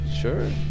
sure